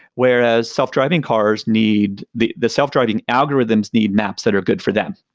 whereas self-driving cars need the the self-driving algorithms need maps that are good for them.